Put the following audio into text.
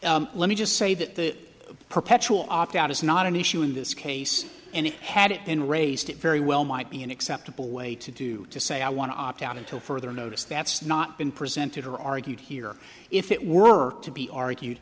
well let me just say that the perpetual opt out is not an issue in this case and had it been raised it very well might be an acceptable way to do to say i want to opt out until further notice that's not been presented or argued here if it were to be argued